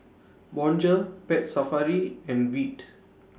Bonjour Pet Safari and Veet